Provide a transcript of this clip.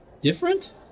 Different